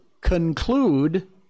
conclude